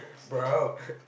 bro